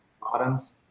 bottoms